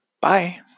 Bye